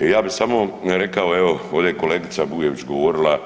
Ja bi samo rekao, evo, ovdje je kolegica Bujević govorila,